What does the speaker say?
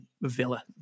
Villa